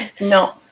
No